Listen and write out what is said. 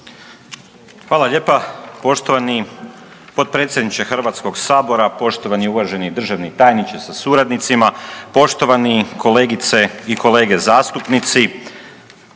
Hvala lijepa. Poštovani potpredsjedniče HS-a, poštovani i uvaženi državni tajniče sa suradnicima, poštovani kolegice i kolege zastupnici.